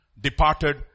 departed